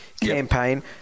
campaign